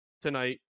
tonight